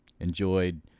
Enjoyed